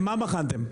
מה בחנתם?